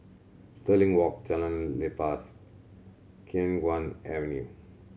Stirling Walk Jalan Lepas Khiang Guan Avenue